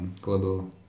global